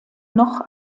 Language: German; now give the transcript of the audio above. noch